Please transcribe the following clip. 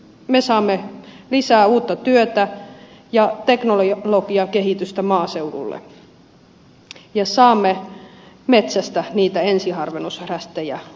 me saamme lisää uutta työtä ja teknologiakehitystä maaseudulle ja saamme metsästä niitä ensiharvennusrästejä hoidettua